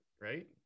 Right